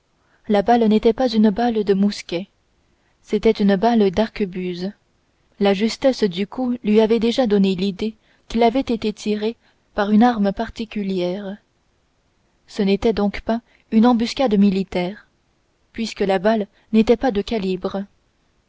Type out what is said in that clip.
la balle n'était pas une balle de mousquet c'était une balle d'arquebuse la justesse du coup lui avait déjà donné l'idée qu'il avait été tiré par une arme particulière ce n'était donc pas une embuscade militaire puisque la balle n'était pas de calibre